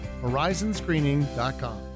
Horizonscreening.com